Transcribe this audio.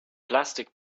plastic